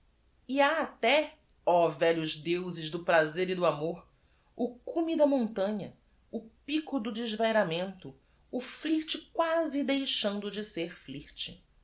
ha até ó velhos deuses do razer e do m o r o cume da montanha o pico do desvairamento o flirt quasi deixando de ser flirt